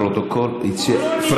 השר, בפרוטוקול, הציע, אבל הוא לא נמצא.